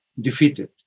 defeated